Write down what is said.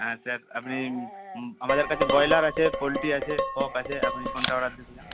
হ্যাঁ স্যার আপনি আমাদের কাছে ব্রয়লার আছে পোলট্রি আছে কক আছে আপনি কোনটা অর্ডার দিতে চান